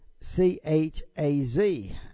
C-H-A-Z